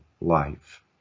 life